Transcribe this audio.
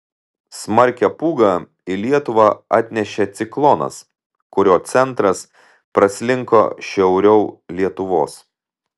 smarkią pūgą į lietuvą atnešė ciklonas kurio centras praslinko šiauriau lietuvos